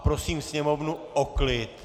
Prosím sněmovnu o klid.